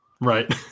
Right